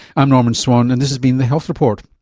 i'm norman swan and this has been the health report.